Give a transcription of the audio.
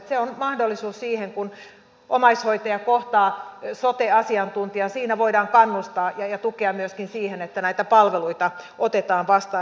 se on mahdollisuus siihen kun omaishoitaja kohtaa sote asiantuntijan että voidaan kannustaa ja tukea myöskin siihen että näitä palveluita otetaan vastaan